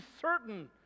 certain